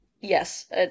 Yes